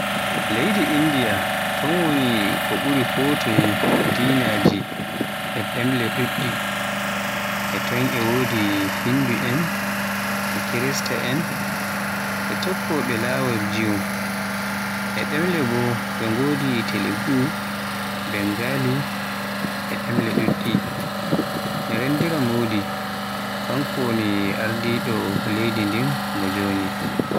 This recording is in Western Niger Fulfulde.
Leydi Indiya woni to ɓuri ko toye dinaaji e ɗemle ɗuɗɗi, e ton e wodi Hinduen, e kiristaen, tokkoɓe laawon jew. E ɗemle bo ɓe ngodi Telugu, Bengali, e ɗemle ɗuɗɗi. Nerendra Modi kanko woni Ardiɗo leydi nden mo joni.